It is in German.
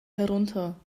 herunter